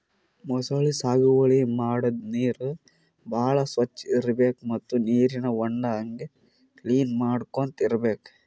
ಮೊಸಳಿ ಸಾಗುವಳಿ ಮಾಡದ್ದ್ ನೀರ್ ಭಾಳ್ ಸ್ವಚ್ಚ್ ಇರ್ಬೆಕ್ ಮತ್ತ್ ನೀರಿನ್ ಹೊಂಡಾ ಹಂಗೆ ಕ್ಲೀನ್ ಮಾಡ್ಕೊತ್ ಇರ್ಬೆಕ್